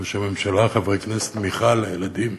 ראש הממשלה, חברי כנסת, מיכל, הילדים,